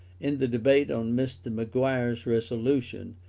in the debate on mr. maguire's resolution,